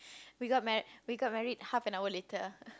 we got mar~ we got married half an hour later